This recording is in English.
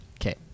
Okay